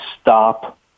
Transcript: stop